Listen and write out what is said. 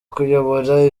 kuyobora